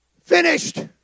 finished